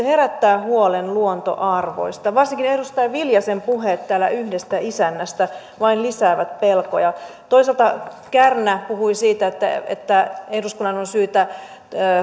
herättää huolen luontoarvoista varsinkin edustaja viljasen puheet täällä yhdestä isännästä vain lisäävät pelkoja toisaalta kärnä puhui siitä että että eduskunnan on syytä